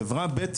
חברה ב'